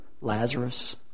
Lazarus